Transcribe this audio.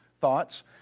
thoughts